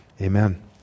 Amen